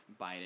Biden